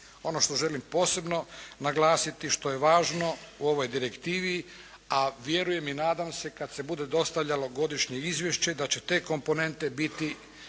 Ono što želim posebno naglasiti, što je važno u ovoj direktivi, a vjerujem i nadam se kad se bude dostavljalo godišnje izvješće da će te komponente biti